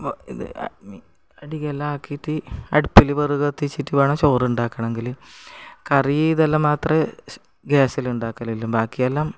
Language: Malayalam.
ഇത് റെഡി എല്ലാം ആക്കിയിട്ട് അടുപ്പിൽ വിറക് കത്തിച്ചിട്ട് വേണം ചോറ് ഉണ്ടാക്കണമെങ്കിൽ കറി ഇതെല്ലാം മാത്രമേ ഗ്യാസിൽ ഉണ്ടാക്കലുള്ളൂ ബാക്കിയെല്ലാം